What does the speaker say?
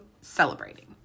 celebrating